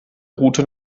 route